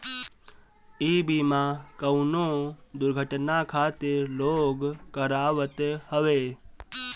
इ बीमा कवनो दुर्घटना खातिर लोग करावत हवे